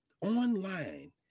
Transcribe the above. online